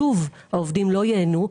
שוב העובדים לא ייהנו.